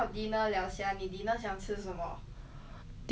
dinner ah I mm just now we eat 麻辣 right